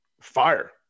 fire